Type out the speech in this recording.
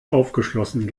aufgeschlossen